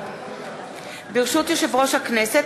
ברשות יושב ראש הכנסת,